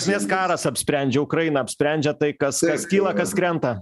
iš esmės karas apsprendžia ukraina apsprendžia tai kas kas kyla kas krenta